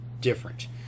different